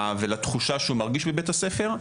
ולתחושה שהוא מרגיש בבית הספר,